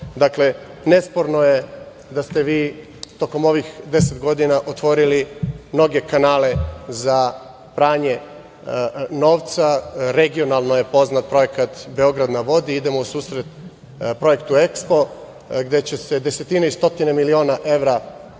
novca. Dakle, nesporno je da ste vi tokom ovih deset godina otvorili mnoge kanale za pranje novca. Regionalno je poznat projekat Beograd na vodi. Idemo u susret projektu EKSPO, gde će se desetine i stotine miliona evra